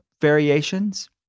variations